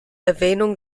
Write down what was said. erwähnung